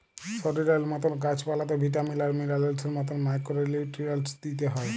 শরীরের মতল গাহাচ পালাতেও ভিটামিল আর মিলারেলসের মতল মাইক্রো লিউট্রিয়েল্টস দিইতে হ্যয়